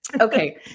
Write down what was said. okay